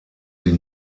die